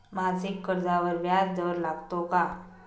मासिक कर्जावर व्याज दर लागतो का?